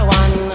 one